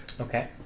Okay